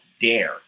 Dare